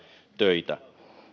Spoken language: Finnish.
töitä